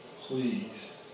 please